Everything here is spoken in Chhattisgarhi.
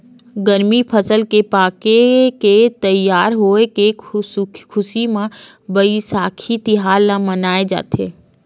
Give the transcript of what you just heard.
गरमी फसल के पाके के तइयार होए के खुसी म बइसाखी तिहार ल मनाए जाथे